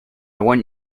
want